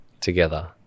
together